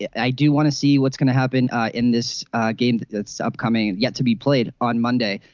yeah i do want to see what's going to happen in this game it's upcoming yet to be played on monday.